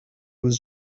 was